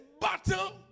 battle